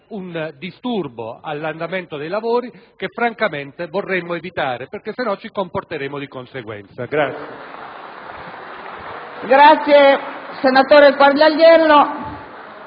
un disturbo all'andamento dei lavori che francamente vorremmo evitare, perché altrimenti ci comporteremo di conseguenza.